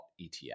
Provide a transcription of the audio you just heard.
ETF